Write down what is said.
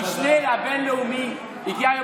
אם תהפכו, יואב,